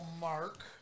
mark